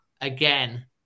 again